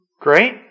Great